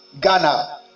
Ghana